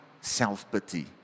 self-pity